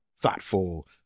thoughtful